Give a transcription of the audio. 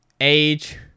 age